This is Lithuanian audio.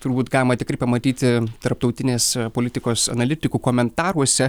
turbūt galima tikrai pamatyti tarptautinės politikos analitikų komentaruose